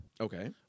Okay